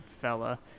fella